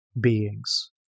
beings